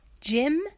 Jim